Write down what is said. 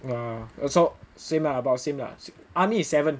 !wah! also same lah about same lah army is seven